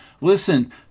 Listen